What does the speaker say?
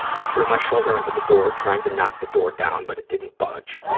i threw my shoulder into the door, trying to knock the door down, but it didn't budge.